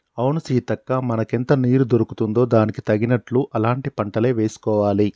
అవును సీతక్క మనకెంత నీరు దొరుకుతుందో దానికి తగినట్లు అలాంటి పంటలే వేసుకోవాలి